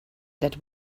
that